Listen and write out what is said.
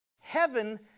Heaven